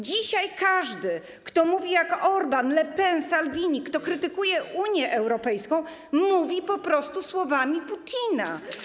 Dzisiaj każdy, kto mówi jak Orbán, Le Pen, Salvini, kto krytykuje Unię Europejską, mówi po prostu słowami Putina.